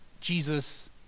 jesus